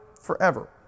forever